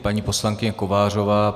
Paní poslankyně Kovářová.